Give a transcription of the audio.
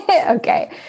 Okay